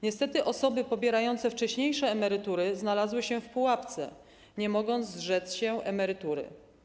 Niestety osoby pobierające wcześniejsze emerytury znalazły się w pułapce, nie mogąc zrzec się emerytury.